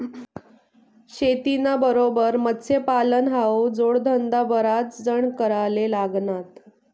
शेतीना बरोबर मत्स्यपालन हावू जोडधंदा बराच जण कराले लागनात